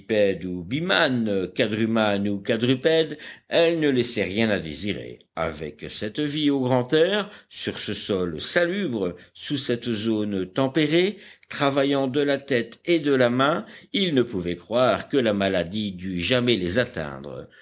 elle ne laissait rien à désirer avec cette vie au grand air sur ce sol salubre sous cette zone tempérée travaillant de la tête et de la main ils ne pouvaient croire que la maladie dût jamais les atteindre